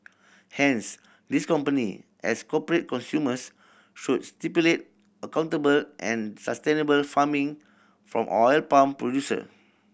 hence these company as corporate consumers should stipulate accountable and sustainable farming from oil palm producer